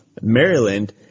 Maryland